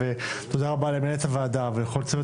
ותודה רבה למנהלת הוועדה ולכל צוות